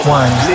one